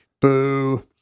Boo